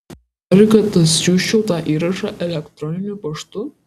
nori kad atsiųsčiau tą įrašą elektroniniu paštu